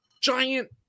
giant